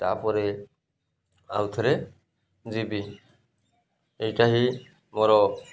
ତା'ପରେ ଆଉଥରେ ଯିବି ଏଇଟା ହିଁ ମୋର